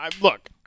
Look